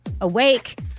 awake